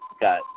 Got